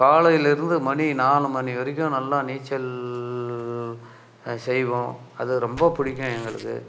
காலைலேருந்து மணி நாலு மணி வரைக்கும் நல்லா நீச்சல் செய்வோம் அது ரொம்ப பிடிக்கும் எங்களுக்கு